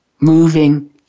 moving